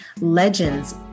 legends